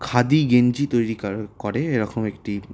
খাদি গেঞ্জি তৈরি করে এরকম একটি